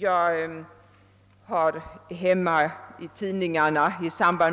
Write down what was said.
Jag har i tidningarna därhemma